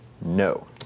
No